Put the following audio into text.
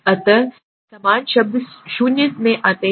अतः समान शब्द शून्य में आते हैं